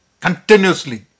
Continuously